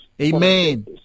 amen